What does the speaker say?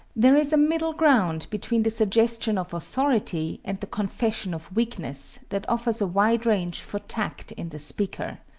there is a middle-ground between the suggestion of authority and the confession of weakness that offers a wide range for tact in the speaker.